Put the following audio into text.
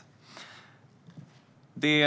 Mycket av